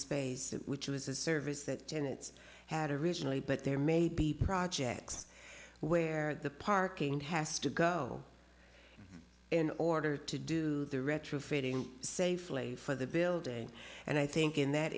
space which was a service that tenet's had originally but there may be projects where the parking has to go in order to do the retrofitting safely for the building and i think in that